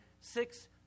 six